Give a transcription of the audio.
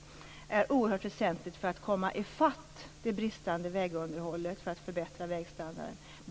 Det är oerhört väsentligt att vi kan komma i fatt med det bristande vägunderhållet och förbättra vägstandarden.